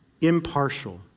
impartial